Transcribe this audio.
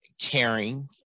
caring